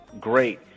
Great